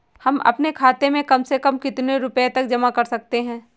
हम अपने खाते में कम से कम कितने रुपये तक जमा कर सकते हैं?